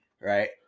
right